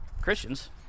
Christians